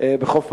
בחוף פלמחים.